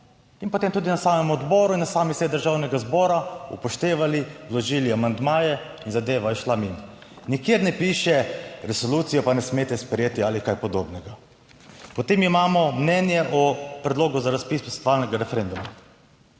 in potem tudi na samem odboru in na sami seji Državnega zbora upoštevali, vložili amandmaje in zadeva je šla mimo. Nikjer ne piše, resolucijo pa ne smete sprejeti ali kaj podobnega. Potem imamo mnenje o Predlogu za razpis posvetovalnega referenduma.